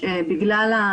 ובגדול,